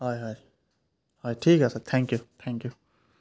হয় হয় হয় ঠিক আছে থেংক ইউ থেংক ইউ